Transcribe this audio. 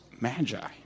magi